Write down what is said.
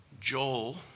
Joel